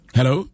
Hello